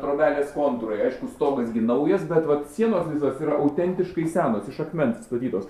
trobelės kontūrai aišku stogas gi naujas bet vat sienos visos yra autentiškai senos iš akmens statytos